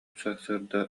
сарсыарда